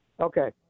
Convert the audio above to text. Okay